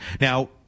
Now